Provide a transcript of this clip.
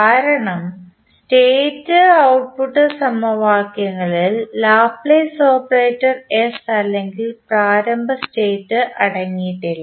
കാരണം state output സമവാക്യങ്ങളിൽ Laplace operator s അല്ലെങ്കിൽ പ്രാരംഭ സ്റ്റേറ്റ് അടങ്ങിയിട്ടില്ല